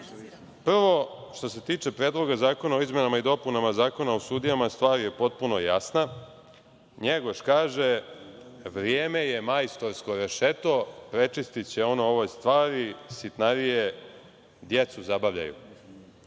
itd“.Prvo, što se tiče Predloga zakona o izmenama i dopunama Zakona o sudijama stvar je potpuno jasna. NJegoš kaže – „Vrijeme je majstorsko rešeto. Prečistiće ono ove stvari. Sitnarije djecu zabavljaju“.Dakle,